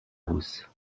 rousse